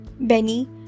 Benny